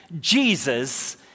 Jesus